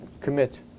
Commit